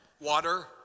water